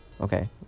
Okay